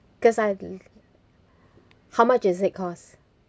because I how much does it costs